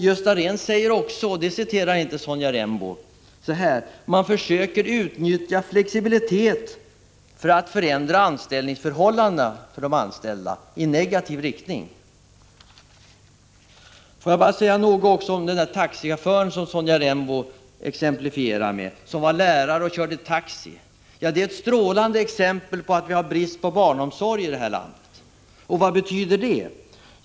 Gösta Rehn säger också, och det citerar inte Sonja Rembo, att man försöker utnyttja flexibilitet för att förändra anställningsförhållandena i för de anställda negativ riktning. Låt mig också säga något om mannen som Sonja Rembo exemplifierade med, som var lärare och körde taxi. Det är ett strålande exempel på att vi har brist på barnomsorg här i landet. Och vad betyder det?